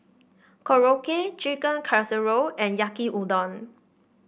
Korokke Chicken Casserole and Yaki Udon